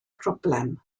broblem